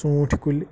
ژوٗنٛٹھۍ کُلۍ